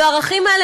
והערכים האלה,